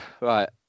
Right